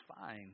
fine